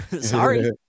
Sorry